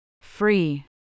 Free